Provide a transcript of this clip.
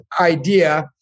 idea